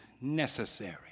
necessary